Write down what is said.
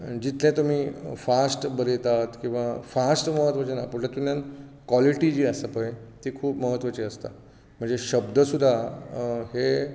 जितलें तुमी फास्ट बरयतात किंवां फास्ट म्हत्वाचें ना पूण तातूंतल्यान कॉलिटी जी आसा पळय ती खूब म्हत्वाची आसता म्हणजे शब्द सुद्दां हे